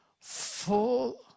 full